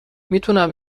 میتونم